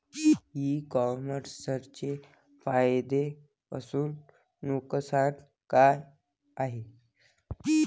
इ कामर्सचे फायदे अस नुकसान का हाये